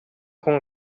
хүн